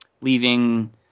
leaving